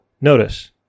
notice